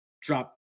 drop